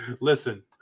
Listen